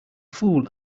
fool